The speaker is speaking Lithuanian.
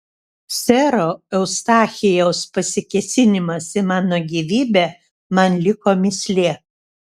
sero eustachijaus pasikėsinimas į mano gyvybę man liko mįslė